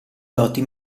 doti